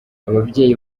ababyeyi